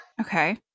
Okay